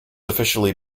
officially